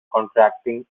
contracting